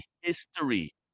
history